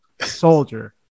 Soldier